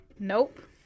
nope